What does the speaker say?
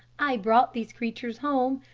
i brought these creatures home,